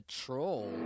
troll